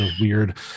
weird